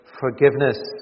forgiveness